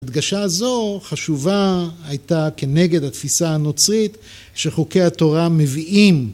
הדגשה הזו חשובה הייתה כנגד התפיסה הנוצרית שחוקי התורה מביאים